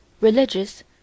religious